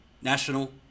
national